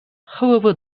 however